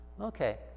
Okay